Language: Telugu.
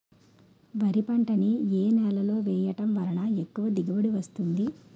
వరి పంట ని ఏ నేలలో వేయటం వలన ఎక్కువ దిగుబడి వస్తుంది?